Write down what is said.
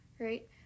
right